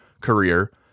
career